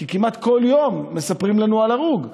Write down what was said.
כי כמעט כל יום מספרים לנו על הרוג.